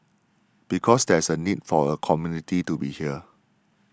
because there's a need for a community to be here